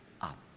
up